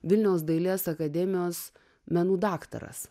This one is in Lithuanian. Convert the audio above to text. vilniaus dailės akademijos menų daktaras